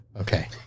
okay